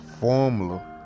formula